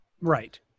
Right